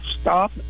Stop